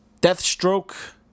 Deathstroke